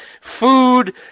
Food